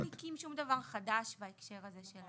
לא מעניקים שום דבר חדש בהקשר הזה.